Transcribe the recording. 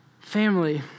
Family